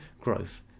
growth